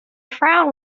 frown